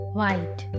white